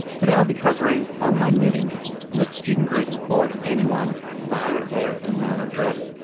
today i'll be covering online meetings with student groups or anyone via their email address,